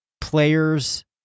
players